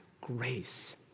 grace